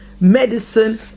medicine